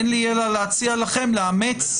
אין לי אלא להציע לכם לאמץ,